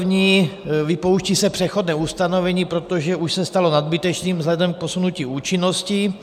Bod první, vypouští se přechodné ustanovení, protože už se stalo nadbytečným vzhledem k posunutí účinnosti.